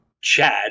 Chad